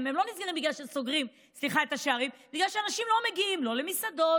אלא בגלל שאנשים לא מגיעים לא למסעדות,